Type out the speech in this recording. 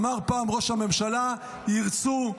אמר פעם ראש הממשלה: ירצו,